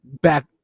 back